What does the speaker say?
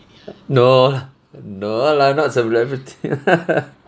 no lah no lah not celebrity lah